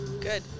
Good